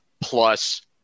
plus